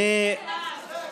חוצפן.